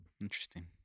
Interesting